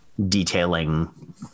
detailing